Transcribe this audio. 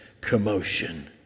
commotion